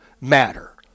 matter